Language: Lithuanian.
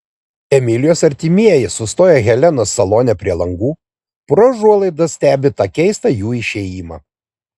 emilijos artimieji sustoję helenos salone prie langų pro užuolaidas stebi tą keistą jų išėjimą